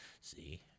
see